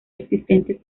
existentes